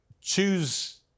choose